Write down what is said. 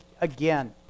again